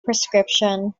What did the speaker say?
prescription